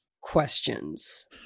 questions